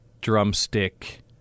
drumstick